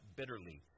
bitterly